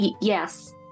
Yes